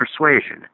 persuasion